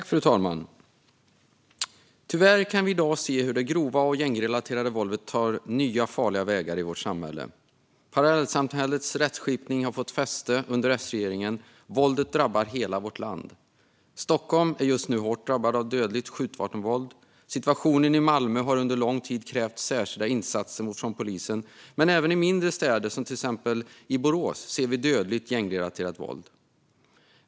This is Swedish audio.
Fru talman! Tyvärr kan vi i dag se hur det grova och gängrelaterade våldet tar nya farliga vägar i vårt samhälle. Parallellsamhällets rättsskipning har fått fäste under S-regeringen. Våldet drabbar hela vårt land. Stockholm är just nu hårt drabbat av det dödliga skjutvapenvåldet, och situationen i Malmö har under lång tid krävt särskilda insatser från polisen. Men även i mindre städer som till exempel Borås ser vi dödligt gängrelaterat våld.